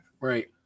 Right